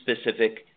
specific